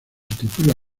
titula